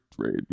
trade